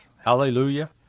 Hallelujah